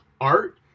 art